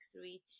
three